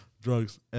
Drugs